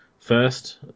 first